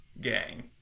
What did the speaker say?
gang